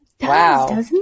wow